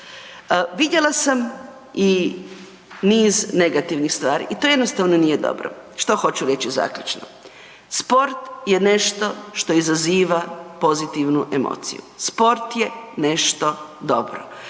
Vidjela sam i niz negativnih stvari i to jednostavno nije dobro. Što hoću reći zaključno? Sport je nešto što izaziva pozitivnu emociju, sport je nešto dobro.